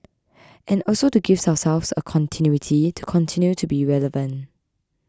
and also to give ourselves a continuity to continue to be relevant